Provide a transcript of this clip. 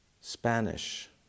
Spanish